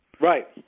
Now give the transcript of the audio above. Right